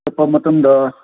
ꯆꯠꯄ ꯃꯇꯝꯗ